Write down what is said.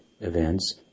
events